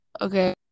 Okay